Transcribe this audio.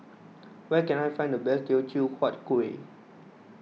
where can I find the best Teochew Huat Kueh